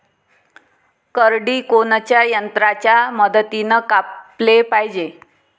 करडी कोनच्या यंत्राच्या मदतीनं कापाले पायजे?